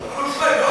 וחברותי חברי הכנסת,